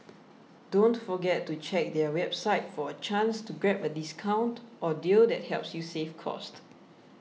don't forget to check their website for a chance to grab a discount or deal that helps you save cost